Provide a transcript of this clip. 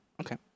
Okay